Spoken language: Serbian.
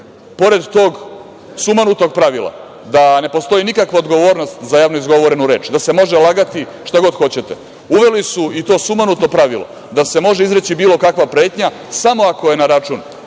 pred tog sumanutog pravila da ne postoji nikakva odgovornost za javno izgovorenu reč, da se može lagati šta god hoćete, uveli su i to sumanuto pravilo da se može izreći bilo kakva pretnja samo ako je na račun